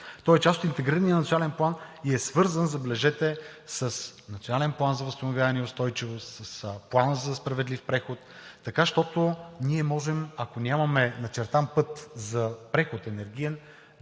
Той е част от Интегрирания национален план и е свързан, забележете, с Националния план за възстановяване и устойчивост, с Плана за справедлив преход, така щото ние можем, ако нямаме начертан път за енергиен